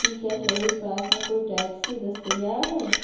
کہ کیا شہید پارک میں کوئی ٹیکسی دستیاب ہے